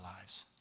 lives